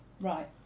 right